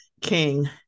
King